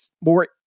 more